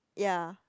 ya